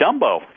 Dumbo